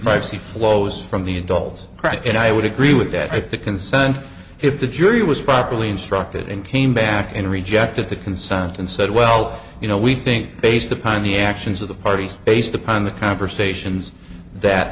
privacy flows from the adults right and i would agree with that if the consent if the jury was properly instructed and came back and rejected the consent and said well you know we think based upon the actions of the parties based upon the conversations that